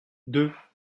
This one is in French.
deux